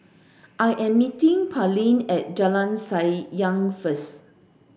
I am meeting Parlee at Jalan Sayang first